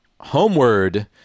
Homeward